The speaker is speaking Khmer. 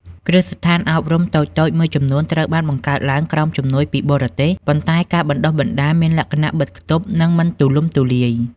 គ្រឹះស្ថានអប់រំតូចៗមួយចំនួនត្រូវបានបង្កើតឡើងក្រោមជំនួយពីបរទេស ប៉ុន្តែការបណ្តុះបណ្តាលមានលក្ខណៈបិទខ្ទប់ និងមិនទូលំទូលាយ។